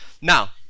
Now